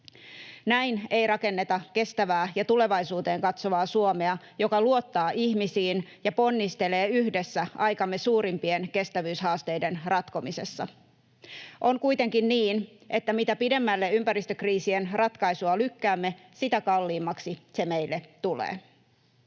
Näin ei rakenneta kestävää ja tulevaisuuteen katsovaa Suomea, joka luottaa ihmisiin ja ponnistelee yhdessä aikamme suurimpien kestävyyshaasteiden ratkomisessa. On kuitenkin niin, että mitä pidemmälle ympäristökriisien ratkaisua lykkäämme, sitä kalliimmaksi se meille tulee.